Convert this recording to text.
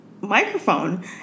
microphone